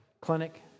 clinic